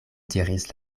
diris